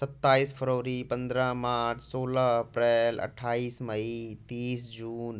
सत्ताईस फरवरी पंद्रह मार्च सोलह अप्रैल अट्ठाईस मई तीस जून